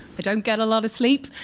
i don't get a lot of sleep.